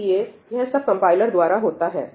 इसलिए यह सब कंपाइलर द्वारा होता है